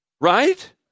Right